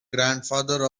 grandfather